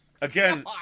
Again